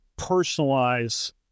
personalize